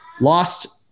lost